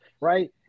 right